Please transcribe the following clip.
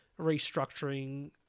restructuring